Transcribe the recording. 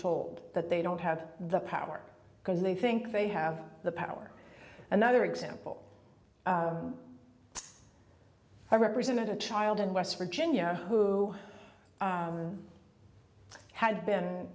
told that they don't have the power because they think they have the power another example i represented a child in west virginia who had been